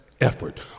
Effort